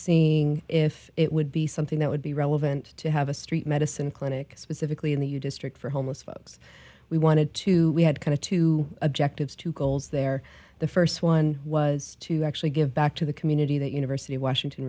seeing if it would be something that would be relevant to have a street medicine clinic specifically in the u district for homeless folks we wanted to we had kind of two objectives two goals there the first one was to actually give back to the community that university of washington